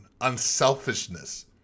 unselfishness